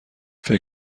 فکر